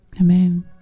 amen